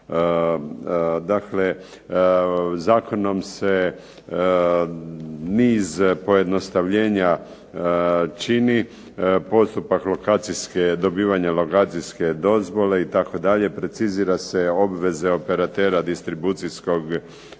Dakle, zakonom se niz pojednostavljenja čini. Postupak lokacijske, dobivanja lokacijske dozvole itd., precizira se obveza operatera distribucijskog sustava